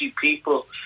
people